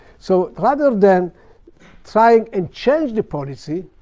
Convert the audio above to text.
so rather than trying and change the policy,